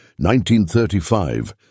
1935